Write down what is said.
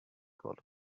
gold